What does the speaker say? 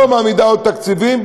לא מעמידה עוד תקציבים,